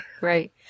Right